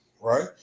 right